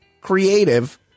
creative